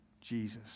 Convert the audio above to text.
Jesus